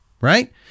Right